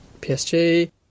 PSG